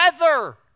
weather